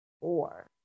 four